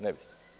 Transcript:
Ne bi.